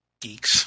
geeks